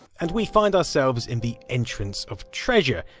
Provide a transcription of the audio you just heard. and we find ourselves in the entrance of treasure.